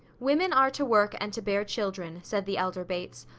women are to work and to bear children, said the elder bates.